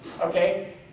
Okay